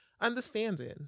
understanding